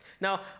now